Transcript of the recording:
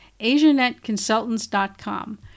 AsianetConsultants.com